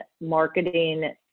marketing